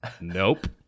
nope